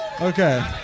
Okay